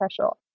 special